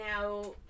now